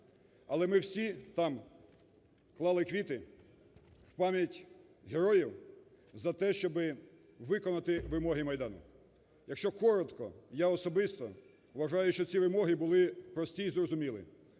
Але ми всі там клали квіти в пам'ять героїв за те, щоб виконати вимоги Майдану. Якщо коротко, я особисто, вважаю, що ці вимоги були прості і зрозумілі: